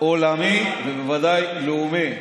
עולמי ובוודאי לאומי.